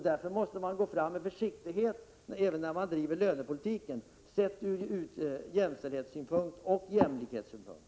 Därför måste man gå fram med försiktighet även när det gäller lönepolitiken sett ur jämlikhetsoch ur jämställdhetssynpunkt.